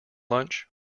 lunch